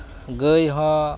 ᱜᱟᱹᱭᱦᱚᱸ